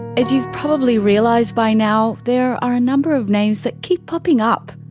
as you have probably realised by now there are a number of names that keep popping up.